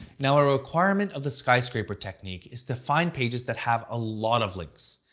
now, a requirement of the skyscraper technique is to find pages that have a lot of links.